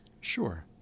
Sure